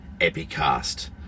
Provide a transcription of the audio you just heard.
epicast